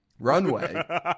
runway